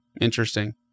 Interesting